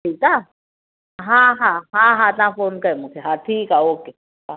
ठीकु आहे हा हा हा हा तव्हां फ़ोन कयो मूंखे हा ठीकु आहे ओके हा